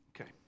Okay